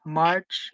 march